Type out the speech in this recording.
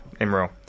Imro